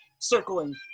Circling